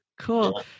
Cool